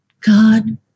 God